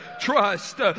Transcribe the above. Trust